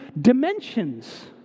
dimensions